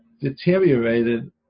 deteriorated